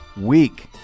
week